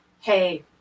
hey